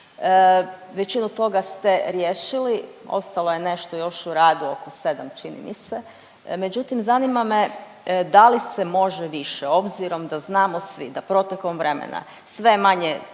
Većinu toga ste riješili, ostalo je nešto još u radu, oko 7, čini mi se, međutim, zanima me da li se može više obzirom da znamo svi da protekom vremena sve manje